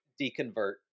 deconvert